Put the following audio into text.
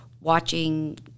watching